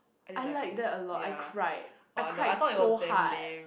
I like that a lot I cried I cried so hard